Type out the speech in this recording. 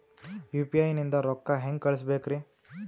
UPI ನಿಂದ ರೊಕ್ಕ ಹೆಂಗ ಕಳಸಬೇಕ್ರಿ?